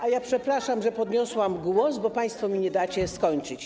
A ja przepraszam, że podniosłam głos, bo państwo mi nie dacie skończyć.